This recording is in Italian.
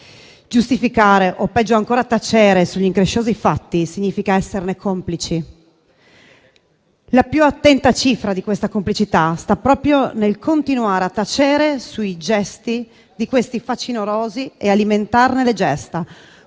Giustificare o, peggio ancora, tacere sugli incresciosi fatti significa esserne complici. La più attenta cifra di questa complicità sta proprio nel continuare a tacere sui gesti di quei facinorosi e alimentarne le gesta,